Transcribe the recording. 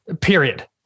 Period